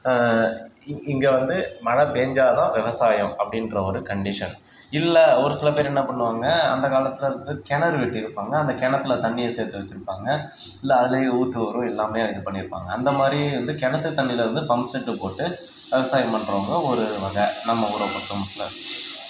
இங் இங்கே வந்து மழை பெஞ்சா தான் விவசாயம் அப்படின்ற ஒரு கண்டிஷன் இல்லை ஒரு சில பேர் என்ன பண்ணுவாங்க அந்தக் காலத்தில் வந்து கிணறு வெட்டியிருப்பாங்க அந்த கிணத்துல தண்ணியை சேர்த்து வச்சுருப்பாங்க இல்லை அதிலேயே ஊற்று வரும் எல்லாமே இது பண்ணியிருப்பாங்க அந்தமாதிரி வந்து கிணத்துத் தண்ணியில் வந்து பம்ப் செட் போட்டு விவசாயம் பண்றவங்க ஒரு வகை நம்ம ஊரை பொறுத்தமட்டில்